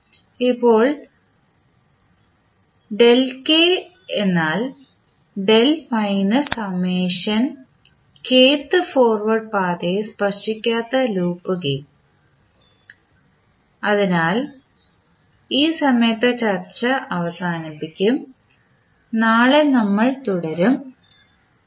ഇപ്പോൾ ഫോർവേഡ് പാതയെ സ്പർശിക്കാത്ത ലെ ലൂപ്പ് ഗേയിൻ അതിനാൽ ഈ സമയത്ത് ചർച്ച അവസാനിപ്പിക്കും നാളെ നമ്മൾ തുടരും നന്ദി